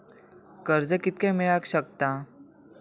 कर्ज कितक्या मेलाक शकता?